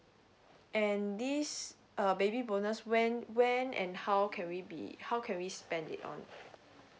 and this uh baby bonus when when and how can we be how can we spend it on